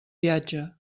viatge